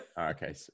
Okay